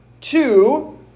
two